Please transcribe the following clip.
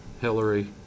Hillary